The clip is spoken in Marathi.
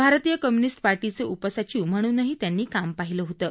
भारतीय कम्युनिस्ट पार्टीचे उपसचिव म्हणूनही त्यांनी काम पाहिलं होतं